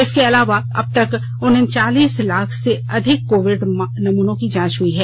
इसके अलावा अबतक उनचालीस लाख से अधिक कोविड नमूनों की जांच हुई है